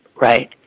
Right